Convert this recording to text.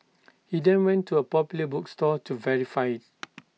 he then went to A popular bookstore to verify IT